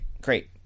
Great